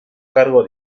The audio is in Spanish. cargo